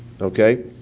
Okay